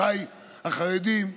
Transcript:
האמון, של משבר האמון הכל-כך חריף הזה.